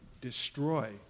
destroy